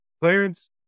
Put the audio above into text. Clarence